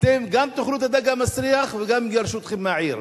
אתם גם תאכלו את הדג המסריח וגם יגרשו אתכם מהעיר.